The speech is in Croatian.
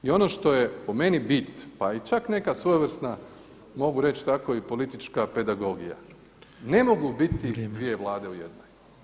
I ono što je po meni bit, pa čak i neka svojevrsna mogu reći tako i politička pedagogija, ne mogu biti dvije Vlade u jednoj.